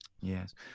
Yes